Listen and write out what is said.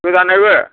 गोदानायबो